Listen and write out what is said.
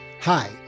Hi